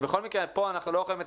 בכל מקרה פה אנחנו לא יכולים לתקן,